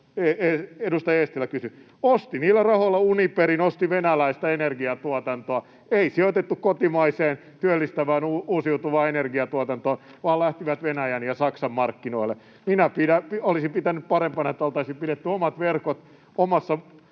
edustaja Eestilä kysyi. Osti niillä rahoilla Uniperin, osti venäläistä energiantuotantoa. Ei sijoitettu kotimaiseen, työllistävään uusiutuvaan energiantuotantoon, vaan lähtivät Venäjän ja Saksan markkinoille. Minä olisin pitänyt parempana, että oltaisiin pidetty omat verkot omassa